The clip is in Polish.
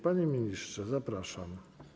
Panie ministrze, zapraszam.